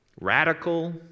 radical